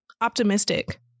optimistic